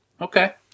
Okay